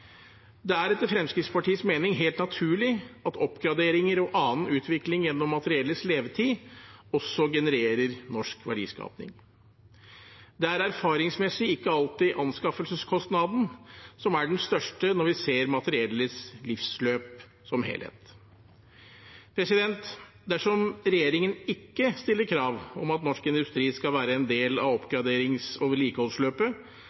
Det er etter Fremskrittspartiets mening helt naturlig at oppgraderinger og annen utvikling gjennom materiellets levetid også genererer norsk verdiskaping. Det er erfaringsmessig ikke alltid anskaffelseskostnaden som er den største når vi ser materiellets livsløp som helhet. Dersom regjeringen ikke stiller krav om at norsk industri skal være en del av